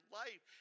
life